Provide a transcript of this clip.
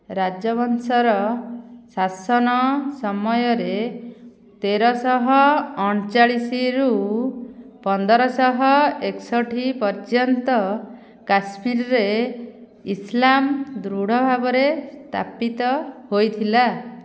ରାଜବଂଶର ଶାସନ ସମୟରେ ତେରଶହ ଅଣଚାଳିଶ ରୁ ପନ୍ଦରଶହ ଏକଷଠି ପର୍ଯ୍ୟନ୍ତ କାଶ୍ମୀରରେ ଇସଲାମ ଦୃଢ ଭାବରେ ସ୍ଥାପିତ ହୋଇଥିଲା